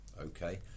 Okay